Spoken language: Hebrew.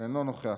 אינו נוכח.